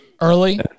Early